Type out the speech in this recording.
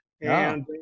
and-